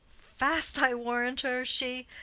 fast, i warrant her, she.